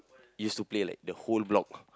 used to play like the whole block